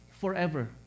forever